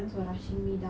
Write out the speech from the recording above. ya